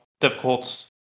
difficult